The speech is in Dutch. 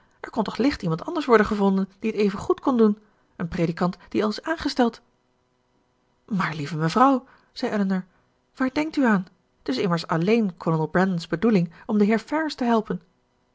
er kon toch licht iemand anders worden gevonden die t even goed kon doen een predikant die al is aangesteld maar lieve mevrouw zei elinor waar denkt u aan t is immers alléén kolonel brandon's bedoeling om den heer ferrars te helpen